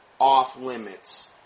off-limits